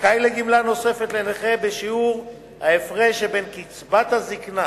זכאי לגמלה נוספת לנכה בשיעור ההפרש שבין קצבת הזיקנה